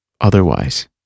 otherwise